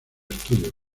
estudio